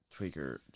Tweaker